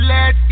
Let